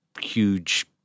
huge